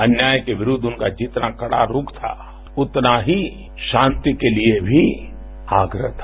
अन्याय के विरूद्व उनका जितना कड़ा रूख था उतना ही शांति के लिए भी आग्रह था